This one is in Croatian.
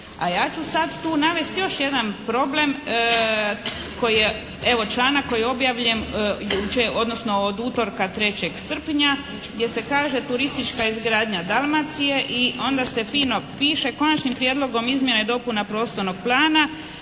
a ja ću sad tu navesti još jedan problem koji je evo, članak koji je objavljen jučer odnosno od utorka 3. srpnja, gdje se kaže turistička izgradnja Dalmacije i onda se fino piše, Konačnim prijedlogom izmjena i dopuna prostornog plana